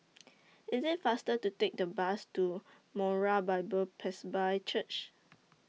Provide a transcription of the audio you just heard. IT IS faster to Take The Bus to Moriah Bible Presby Church